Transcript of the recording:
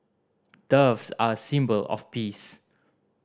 doves are a symbol of peace